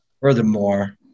Furthermore